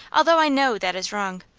although i know that is wrong.